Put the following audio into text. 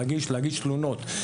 להגיש, להגיש, להגיש תלונות.